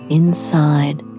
inside